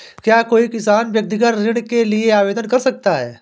क्या कोई किसान व्यक्तिगत ऋण के लिए आवेदन कर सकता है?